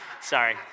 sorry